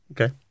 Okay